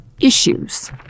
issues